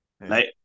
right